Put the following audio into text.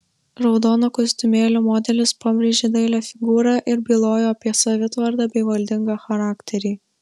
raudono kostiumėlio modelis pabrėžė dailią figūrą ir bylojo apie savitvardą bei valdingą charakterį